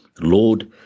Lord